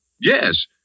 yes